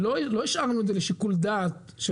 לא השארנו את זה לשיקול דעת.